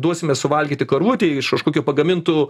duosime suvalgyti karvutei iš kažkokių pagamintų